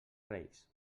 reis